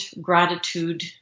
gratitude